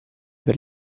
per